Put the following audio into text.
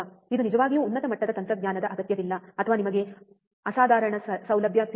ಇದು ನಿಜವಾಗಿಯೂ ಉನ್ನತ ಮಟ್ಟದ ತಂತ್ರಜ್ಞಾನದ ಅಗತ್ಯವಿಲ್ಲ ಅಥವಾ ನಿಮಗೆ ಅಸಾಧಾರಣ ಸೌಲಭ್ಯ ತಿಳಿದಿದೆ